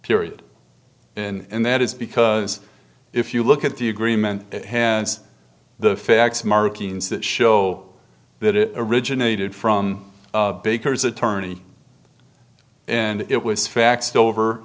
period in and that is because if you look at the agreement it has the facts markings that show that it originated from baker's attorney and it was faxed over